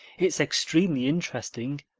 it's extremely interesting,